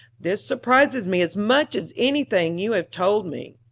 this surprises me as much as anything you have told me.